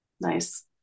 nice